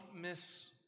miss